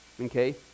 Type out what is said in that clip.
Okay